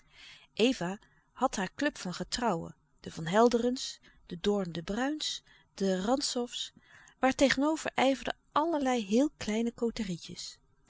eva had haar club van getrouwen de van helderens de doorn de bruijns de rantzows waar tegenover ijverden allerlei heel kleine